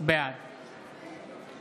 בעד טטיאנה